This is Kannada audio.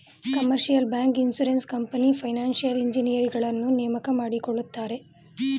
commercial bank, insurance company, financial ಇಂಜಿನಿಯರುಗಳನ್ನು ನೇಮಕ ಮಾಡಿಕೊಳ್ಳುತ್ತಾರೆ